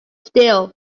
steel